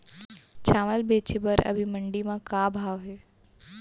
चांवल बेचे बर अभी मंडी म का भाव हे?